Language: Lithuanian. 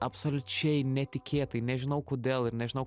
absoliučiai netikėtai nežinau kodėl ir nežinau